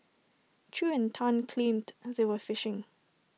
chew and Tan claimed and they were fishing